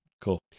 Cool